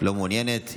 לא מעוניינת.